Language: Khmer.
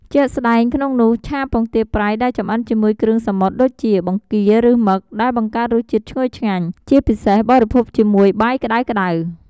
ជាក់ស្ដែងក្នុងនោះ ឆាពងទាប្រៃ ដែលចម្អិនជាមួយគ្រឿងសមុទ្រដូចជា បង្គា ឬមឹក ដែលបង្កើតរសជាតិឈ្ងុយឆ្ងាញ់ ជាពិសេស បរិភោគជាមួយបាយក្ដៅៗ។